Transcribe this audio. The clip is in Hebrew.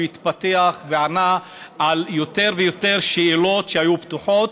והוא התפתח ועונה על יותר ויותר שאלות שהיו פתוחות,